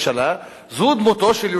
זו דמותה של הממשלה,